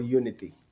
unity